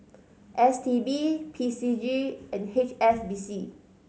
S T B P C G and H S B C